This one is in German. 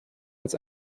als